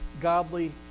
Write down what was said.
godly